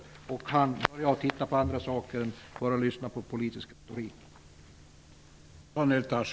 Det gäller ju att också kunna titta på annat -- alltså inte bara att lyssna på politisk retorik.